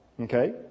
Okay